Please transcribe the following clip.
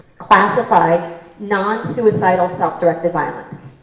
classify non-suicidal self directed violence.